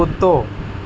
कुतो